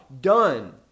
Done